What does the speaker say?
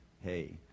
hey